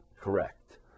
correct